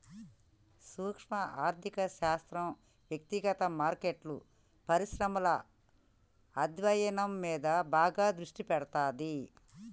సూక్శ్మ ఆర్థిక శాస్త్రం వ్యక్తిగత మార్కెట్లు, పరిశ్రమల అధ్యయనం మీద బాగా దృష్టి పెడతాది